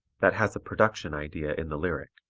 that has a production idea in the lyric.